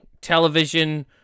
television